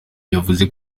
yavuze